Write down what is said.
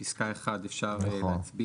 לכן על פסקה (1) אפשר להצביע.